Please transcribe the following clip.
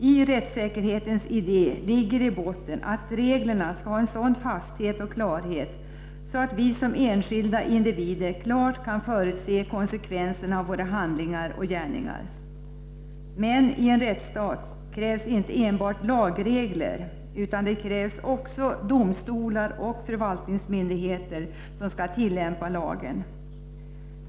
I rättssäkerhetens idé ligger i botten att reglerna skall ha en sådan fasthet och klarhet så att vi som enskilda individer klart kan förutse konsekvenserna av våra handlingar och gärningar. Men i en rättsstat krävs inte enbart lagregler, utan det krävs också domstolar och förvaltningsmyndigheter som skall tillämpa lagen.